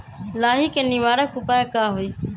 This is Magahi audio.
लाही के निवारक उपाय का होई?